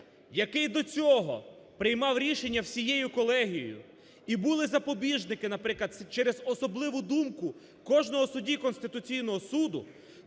який до цього приймав рішення всією колегією і були запобіжники, наприклад, через особливу думку кожного судді Конституційного Суду,